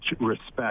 respect